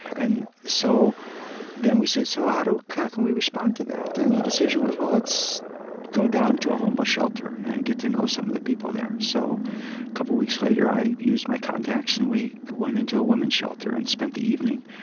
and so then we said, so how can can we respond to that? and the decision was, well, let's go down to a homeless shelter and get to know some of the people there so a couple weeks later, i used my contacts and we went into a women's shelter and spent the evening,